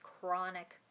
chronic